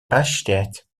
поощрять